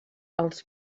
els